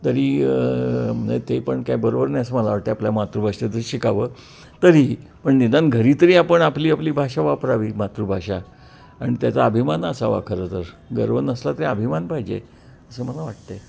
तरी नाही ते पण काय बरोबर नाही असं मला वाटते आपल्या मातृभाषेतच शिकावं तरीही पण निदान घरी तरी आपण आपली आपली भाषा वापरावी मातृभाषा आणि त्याचा अभिमान असावा खरं तर गर्व नसला तरी अभिमान पाहिजे असं मला वाटतं आहे